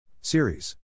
Series